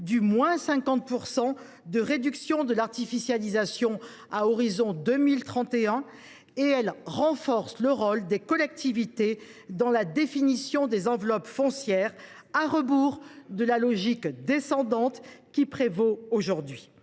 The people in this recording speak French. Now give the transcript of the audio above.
verrou de la réduction de 50 % de l’artificialisation des sols à l’horizon de 2031 et elle renforce le rôle des collectivités dans la définition des enveloppes foncières, à rebours de la logique descendante qui prévaut aujourd’hui.